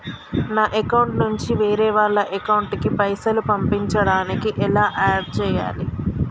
నా అకౌంట్ నుంచి వేరే వాళ్ల అకౌంట్ కి పైసలు పంపించడానికి ఎలా ఆడ్ చేయాలి?